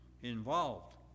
involved